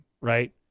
right